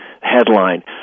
headline